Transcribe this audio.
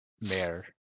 Mayor